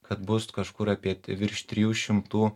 kad bus kažkur apie virš trijų šimtų